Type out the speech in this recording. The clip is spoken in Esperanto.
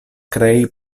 krei